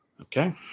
Okay